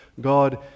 God